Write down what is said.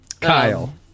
Kyle